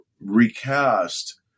recast